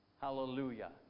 Hallelujah